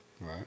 Right